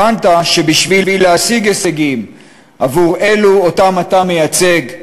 הבנת שבשביל להשיג הישגים עבור אלו שאותם אתה מייצג,